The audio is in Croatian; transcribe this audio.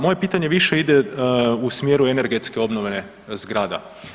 Moje pitanje više ide u smjeru energetske obnove zgrada.